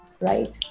Right